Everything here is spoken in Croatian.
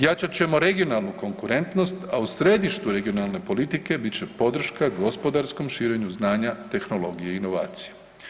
Jačat ćemo regionalnu konkurentnost, a u središtu regionalne politike bit će podrška gospodarskom širenju znanja, tehnologije i inovacija.